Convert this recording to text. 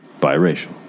Biracial